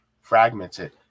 fragmented